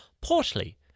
Portly